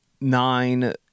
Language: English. nine